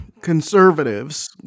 conservatives